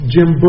Jim